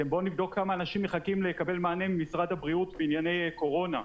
בואו נבדוק כמה אנשים מחכים לקבל מענה ממשרד הבריאות בענייני קורונה,